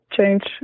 change